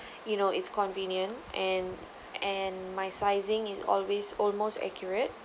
you know it's convenient and and my sizing is always almost accurate